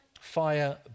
Fire